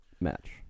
match